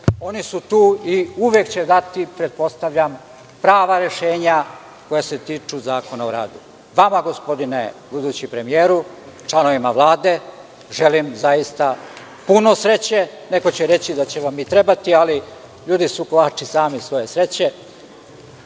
oni su tu i uvek će dati prava rešenja koja se tiču Zakona o radu. Vama gospodine budući premijeru, članovima Vlade, želim zaista puno sreće, neko će reći da će vam i trebati, ali ljudi su kovači sami svoje sreće.